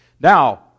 Now